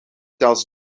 tells